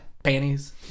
Panties